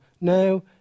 now